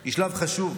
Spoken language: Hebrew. היא שלב חשוב,